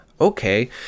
okay